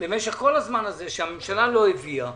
במשך כל הזמן הזה, שהממשלה לא הביאה,